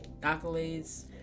accolades